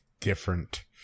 different